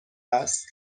است